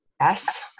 Yes